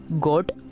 got